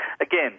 again